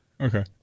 Okay